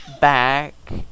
back